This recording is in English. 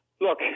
Look